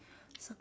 ah